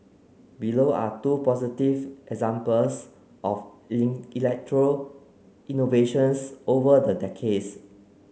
below are two positive examples of in electoral innovations over the decades